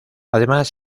además